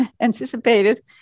anticipated